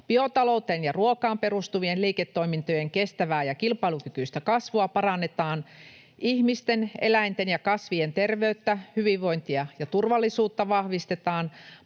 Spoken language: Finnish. biotalouteen ja ruokaan perustuvien liiketoimintojen kestävää ja kilpailukykyistä kasvua parannetaan, ihmisten, eläinten ja kasvien terveyttä, hyvinvointia ja turvallisuutta vahvistetaan,